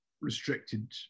restricted